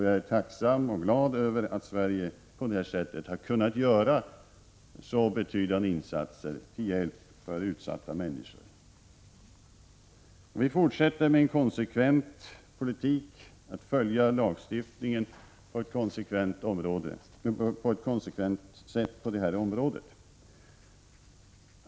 Jag är tacksam och glad över att Sverige på det här sättet har kunnat göra så betydande insatser till hjälp för utsatta människor. Vi fortsätter att med en konsekvent politik följa lagstiftningen på detta område.